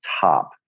top